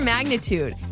Magnitude